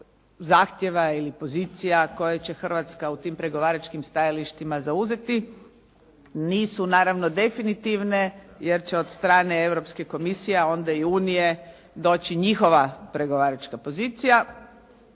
zahtjeva ili pozicija koje će Hrvatska u tim pregovaračkim stajalištima zauzeti, nisu naravno definitivne, jer će od strane Europskih komisija onda i Unije doći njihova pregovaračka pozicija.